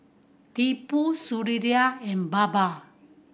Tipu Sunderlal and Baba